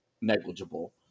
negligible